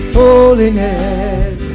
holiness